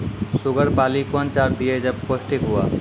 Sugar पाली कौन चार दिय जब पोस्टिक हुआ?